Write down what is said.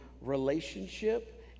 relationship